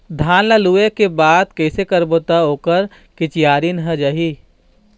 धान ला लुए के बाद कइसे करबो त ओकर कंचीयायिन हर जाही?